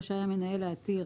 רשאי המנהל להתיר